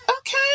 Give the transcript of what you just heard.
Okay